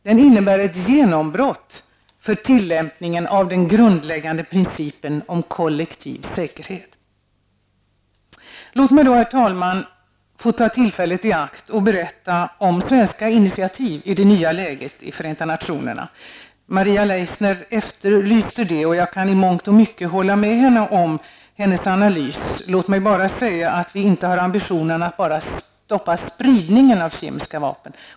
Den innebär ett genombrott för tillämpningen av den grundläggande principen om kollektiv säkerhet. Herr talman! Låt mig få ta tillfället i akt att berätta om svenska initiativ i FN i det nya läget. Maria Leissner efterlyste det. Jag kan i mångt och mycket instämma i hennes analys. Låt mig bara säga att vi inte har ambitionen att bara stoppa spridningen av kemiska vapnen.